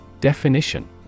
Definition